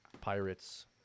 pirates